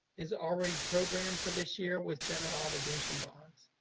is already programmed for this year with general obligation bonds.